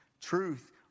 truth